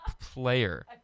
player